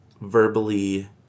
verbally